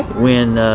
when